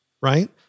Right